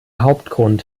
hauptgrund